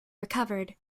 recovered